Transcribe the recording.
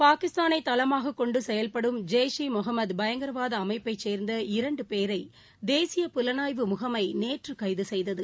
பாகிஸ்தானைதளமாகக் கொண்டுசெயல்படும் ஜெய்ஷ் ஈ முகமதுபயங்கரவாதஅமைப்பைச் சேர்ந்த இரண்டுபேரைதேசிய புலனாய்வு முகமைநேற்றுகைதுசெய்தது